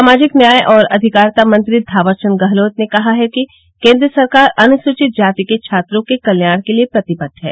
सामाजिक न्याय और अधिकारिता मंत्री थावरचंद गहलोत ने कहा है कि केंद्र सरकार अनुसूचित जाति के छात्रों के कल्याण के लिए प्रतिबद्व है